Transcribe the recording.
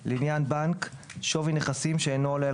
לפי העניין: לעניין בנק - שווי נכסים שאינו עולה על